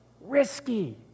risky